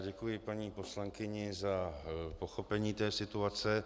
Děkuji paní poslankyni za pochopení té situace.